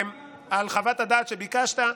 על חוות דעת שביקשת,